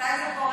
מתי זה קורה?